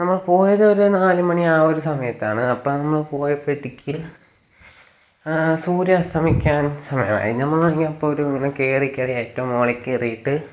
നമ്മൾ പോയതൊരു നാല് മണി ആ ഒരു സമയത്താണ് അപ്പം നമ്മൾ പോയപ്പോഴത്തേക്ക് സൂര്യ അസ്തമിക്കാന് സമയമായി ഞമ്മളെറങ്ങിയപ്പോൾ ഒരു ഇങ്ങനെ കയറി കയറി ഏറ്റോം മോളിക്കയറീട്ട്